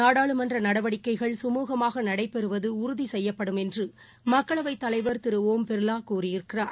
நாடாளுமன்றநடவடிக்கைகள் சுமூகமாகநடைபெறுவதுடறுதிசெய்யப்படும் என்றுமக்களவைத் தலைவா திருஷம் பிர்லாகூறியுள்ளார்